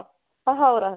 ହେଉ ହେଉ ରହ